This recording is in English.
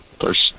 first